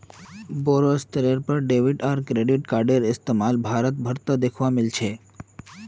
बोरो स्तरेर पर डेबिट आर क्रेडिट कार्डेर इस्तमाल भारत भर त दखवा मिल छेक